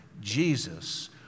Jesus